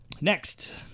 next